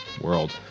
world